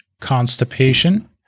constipation